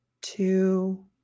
two